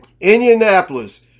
Indianapolis